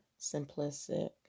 simplistic